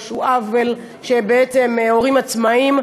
עוול שבעצם הורים עצמאים,